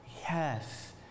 Yes